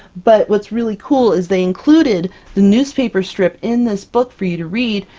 but what's really cool is they included the newspaper strip in this book for you to read,